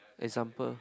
example